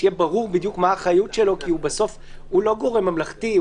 שיהיה ברור בדיוק מה האחריות שלו כי הוא לא גורם ממלכתי,